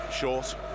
short